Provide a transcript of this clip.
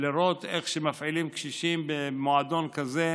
לראות איך שמפעילים קשישים במועדון כזה,